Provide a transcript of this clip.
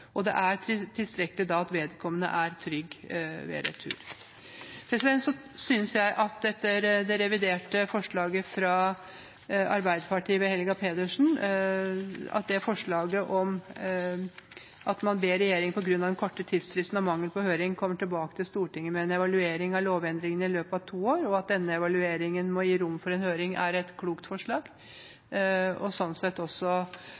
Det er tilstrekkelig at vedkommende er trygg ved retur. Jeg synes at det reviderte forslaget fra Arbeiderpartiet, ved Helga Pedersen, om at man «ber regjeringen på grunn av den korte tidsfristen og mangelen på høring komme tilbake til Stortinget med en evaluering av lovendringene i løpet av to år», og at denne «evalueringen må gi rom for en høring», er et klokt forslag, og slik sett også